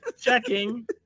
checking